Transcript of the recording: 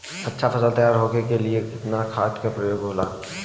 अच्छा फसल तैयार होके के लिए कितना खाद के प्रयोग होला?